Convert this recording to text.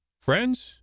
Friends